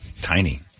Tiny